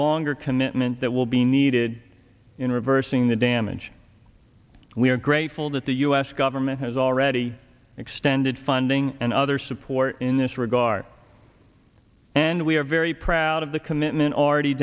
longer commitment that will be needed in reversing the damage we are grateful that the u s government has already extended funding and other support in this regard and we are very proud of the commitment already